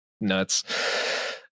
nuts